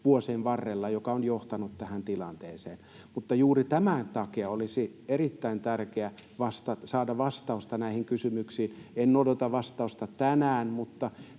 vuosien varrella, joka on johtanut tähän tilanteeseen. Mutta juuri tämän takia olisi erittäin tärkeää saada vastausta näihin kysymyksiin. En odota vastausta tänään, mutta